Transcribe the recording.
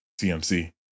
TMC